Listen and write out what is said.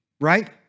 right